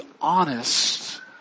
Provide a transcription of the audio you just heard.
honest